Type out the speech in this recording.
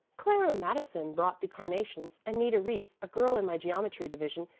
clara madison brought the carnations, and nita reese, a girl in my geometry division,